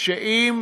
שאם